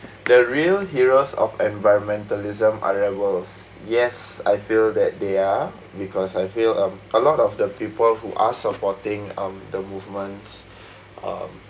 the real heroes of environmentalism are rebels yes I feel that they are because I feel um a lot of the people who are supporting um the movements um